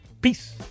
Peace